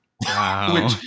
Wow